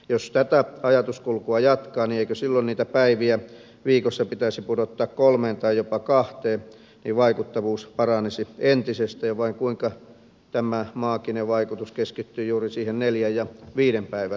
jos tätä ajatuskulkua jatkaa niin eikö silloin niitä päiviä viikossa pitäisi pudottaa kolmeen tai jopa kahteen niin vaikuttavuus paranisi entisestään vai kuinka tämä maaginen vaikutus keskittyy juuri siihen neljän ja viiden päivän väliin